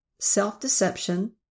Self-Deception